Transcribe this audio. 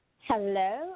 Hello